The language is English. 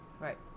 Right